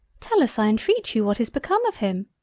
tell us i intreat you what is become of him?